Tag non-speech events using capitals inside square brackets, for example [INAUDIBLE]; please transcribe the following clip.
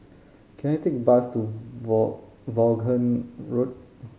can I take a bus to [UNINTELLIGIBLE] Vaughan Road